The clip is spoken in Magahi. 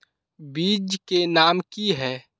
बीज के नाम की है?